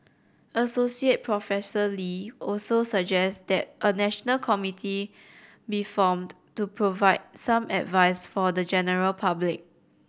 Associate Professor Lee also suggests that a national committee be formed to provide some advice for the general public